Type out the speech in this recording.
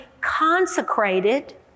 consecrated